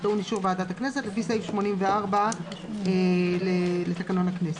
זה טעון אישור ועדת הכנסת לפי סעיף 84 לתקנון הכנסת.